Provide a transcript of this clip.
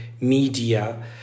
media